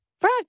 Brad